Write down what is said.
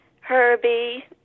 Herbie